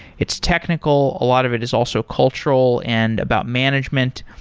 its technical. a lot of it is also cultural and about management,